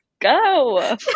go